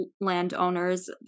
landowners